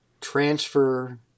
transfer